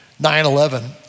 9-11